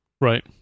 Right